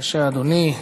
בבקשה, אדוני.